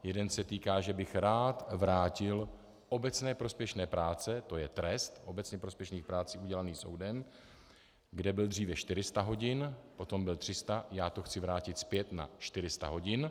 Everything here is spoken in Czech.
Jeden se týká, že bych rád vrátil obecně prospěšné práce, to je trest obecně prospěšných prací udělený soudem, kde byl dříve 400 hodin, potom byl 300, já to chci vrátit zpět na 400 hodin.